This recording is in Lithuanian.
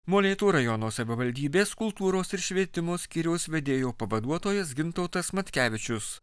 molėtų rajono savivaldybės kultūros ir švietimo skyriaus vedėjo pavaduotojas gintautas matkevičius